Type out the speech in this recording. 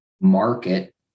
market